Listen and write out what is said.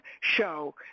show